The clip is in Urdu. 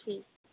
ٹیھک اوکے